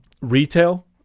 retail